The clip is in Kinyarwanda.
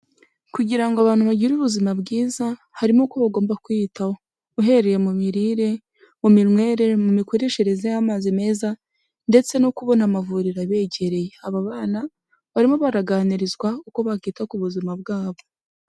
Kugira ngo abantu bagire ubuzima bwiza harimo ko bagomba kwiyitaho, uhereye mu mirire, mu minywere, mu mikoreshereze y'amazi meza ndetse no kubona amavuriro abegereye aba bana barimo baraganirizwa uko bakita ku buzima bwabo.